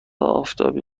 آفتابی